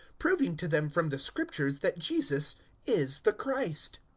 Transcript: proving to them from the scriptures that jesus is the christ.